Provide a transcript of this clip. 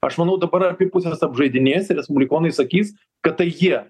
aš manau dabar abi pusės apžaidinės ir respublikonai sakys kad tai jie